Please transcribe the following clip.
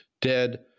dead